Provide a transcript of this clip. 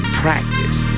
practice